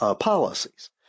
policies